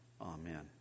Amen